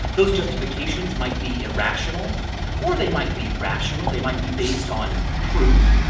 those justifications might be irrational or they might be rational, they might be based on proof,